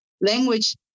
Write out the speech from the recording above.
Language